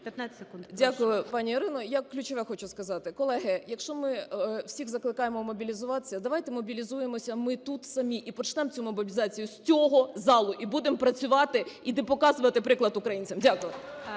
Дякую, пані Ірино. Я ключове хочу сказати. Колеги, якщо ми всіх закликаємо мобілізуватися. Давайте ми мобілізуємося ми тут самі і почнемо цю мобілізацію з цього залу, і будемо працювати, і показувати приклад українцям. Дякую.